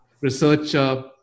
researcher